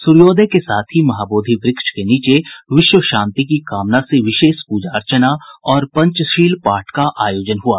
सूर्योदय के साथ ही महाबोधि वृक्ष के नीचे विश्व शांति की कामना से विशेष प्रजा अर्चना और पंचशील पाठ का आयोजन हुआ